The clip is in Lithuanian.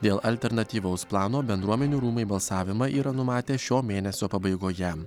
dėl alternatyvaus plano bendruomenių rūmai balsavimą yra numatę šio mėnesio pabaigoje